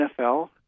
NFL